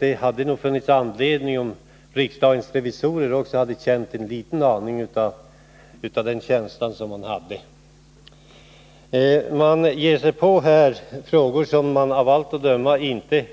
det hade funnits anledning också för riksdagens revisorer att ha något litet av samma inställning som denne socialdemokratiske riksdagsman. De ger sig nämligen in på frågor som de av allt att döma inte förstår.